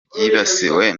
byibasiwe